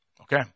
Okay